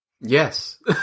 Yes